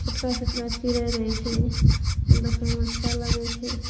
छोटका छोटका चिड़ै रहै छै देखैमे अच्छा लागै छै